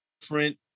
different